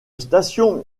station